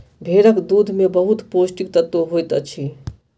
भेड़क दूध में बहुत पौष्टिक तत्व होइत अछि